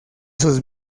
sus